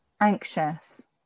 anxious